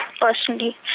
personally